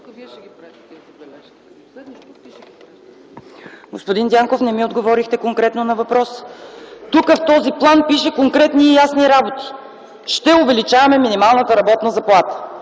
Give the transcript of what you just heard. Господин Дянков, не ми отговорихте конкретно на въпроса. Тук, в този план пише конкретни и ясни работи – ще увеличаваме минималната работна заплата,